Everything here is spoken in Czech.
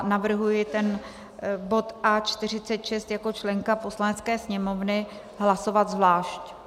Navrhuji ten bod A46 jako členka Poslanecké sněmovny hlasovat zvlášť.